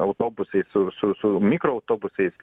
autobusais su su mikroautobusais